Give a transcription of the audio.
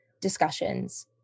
discussions